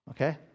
Okay